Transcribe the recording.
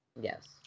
Yes